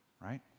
Right